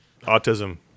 Autism